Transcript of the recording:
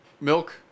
milk